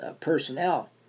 personnel